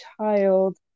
child